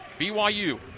BYU